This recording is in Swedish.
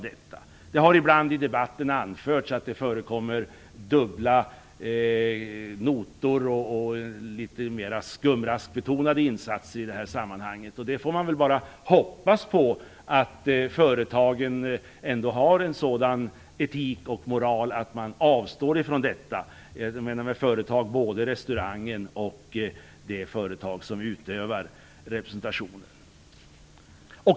Det har ibland i debatten anförts att det förekommer dubbla notor och litet mera skumraskbetonade insatser i sammanhanget. Man får hoppas att företagen ändå har en sådan etik och moral att man avstår från det - både restaurangen och det företag som utövar representation.